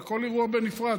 בכל אירוע בנפרד,